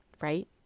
Right